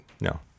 No